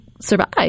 survive